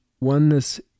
Oneness